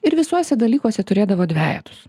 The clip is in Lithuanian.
ir visuose dalykuose turėdavo dvejetus